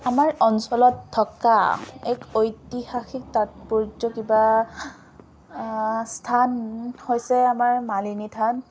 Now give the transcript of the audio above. আমাৰ অঞ্চলত থকা এক ঐতিহাসিক তাৎপৰ্য কিবা স্থান হৈছে আমাৰ মালিনী থান